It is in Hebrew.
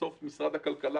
היכולת של משרד הכלכלה,